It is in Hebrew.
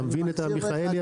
אתה מבין את המיכאלי הזאת?